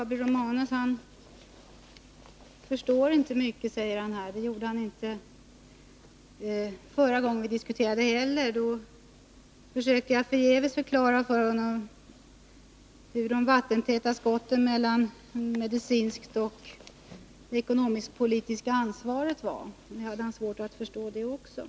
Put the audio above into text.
Herr talman! Gabriel Romanus säger att han inte förstår mycket. Det gjorde han inte heller förra gången vi diskuterade. Då försökte jag förgäves förklara för honom hur de vattentäta skotten mellan det medicinska och det ekonomisk-politiska ansvaret fungerade. Han hade svårt att förstå det också.